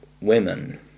women